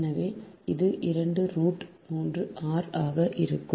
எனவே இது 2 root 3r ஆக இருக்கும்